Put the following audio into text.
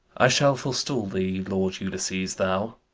i shall forestall thee, lord ulysses, thou!